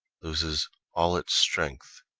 loses all its strength.